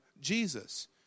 Jesus